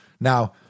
Now